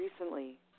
recently